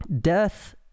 death